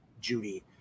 Judy